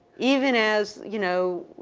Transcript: even as, you know,